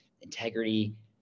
integrity